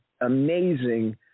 amazing